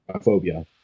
phobia